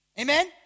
Amen